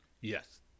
Yes